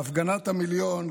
בהפגנת המיליון,